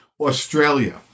Australia